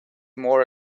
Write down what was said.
more